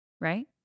right